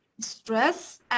stress